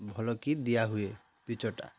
ଭଲକି ଦିଆହୁୁଏ ପିଚୁଟା